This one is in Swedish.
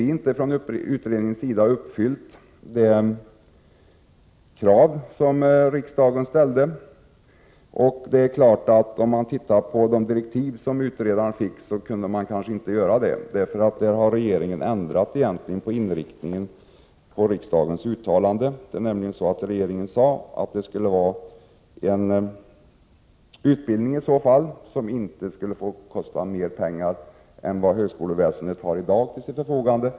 Vi i utredningen anser att de krav som riksdagen ställde inte har uppfyllts. Med tanke på de direktiv som utredningen fick var det kanske inte heller möjligt att göra det. Regeringen har ändrat den angivna inriktningen i riksdagens uttalande. Regeringen sade nämligen att utbildningen i så fall måste inrymmas i de medel som högskoleväsendet i dag har till sitt förfogande.